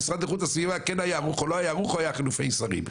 המשרד לאיכות הסביבה כן היה ערוך או לא היה ערוך או היה חילופי שרים.